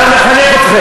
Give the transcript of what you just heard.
כי אנחנו זבל בעיניכם.